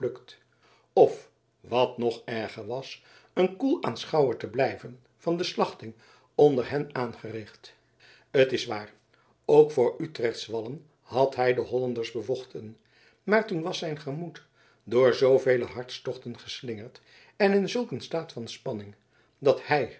of wat nog erger was een koel aanschouwer te blijven van de slachting onder hen aangericht het is waar ook voor utrechts wallen had hij de hollanders bevochten maar toen was zijn gemoed door zoovele hartstochten geslingerd en in zulk een staat van spanning dat hij